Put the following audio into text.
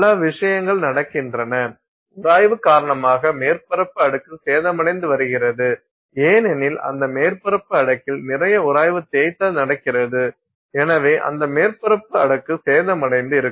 பல விஷயங்கள் நடக்கின்றன உராய்வு காரணமாக மேற்பரப்பு அடுக்கு சேதமடைந்து வருகிறது ஏனெனில் அந்த மேற்பரப்பு அடுக்கில் நிறைய உராய்வு தேய்த்தல் நடக்கிறது எனவே அந்த மேற்பரப்பு அடுக்கு சேதமடைந்து இருக்கும்